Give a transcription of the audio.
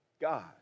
God